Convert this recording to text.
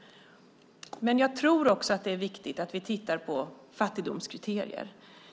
Men jag tror också att det är viktigt att vi tittar på fattigdomskriterier.